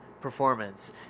performance